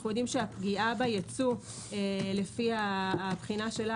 אנו יודעים שהפגיעה בייצוא לפי הבחינה שלה,